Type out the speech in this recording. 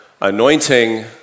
anointing